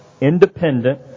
independent